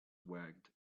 wagged